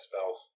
spells